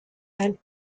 and